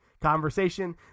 conversation